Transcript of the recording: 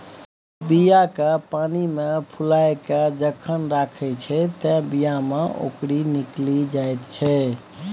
बीया केँ पानिमे फुलाए केँ जखन राखै छै तए बीया मे औंकरी निकलि जाइत छै